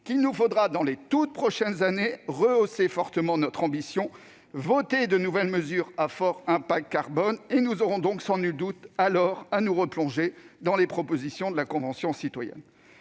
Il nous faudra donc, dans les toutes prochaines années, rehausser fortement notre ambition et voter de nouvelles mesures à fort impact carbone. Nous aurons alors, sans nul doute, à nous replonger dans les propositions de la Convention citoyenne.